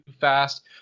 fast